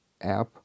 app